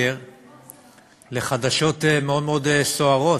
לחדשות מאוד מאוד סוערות.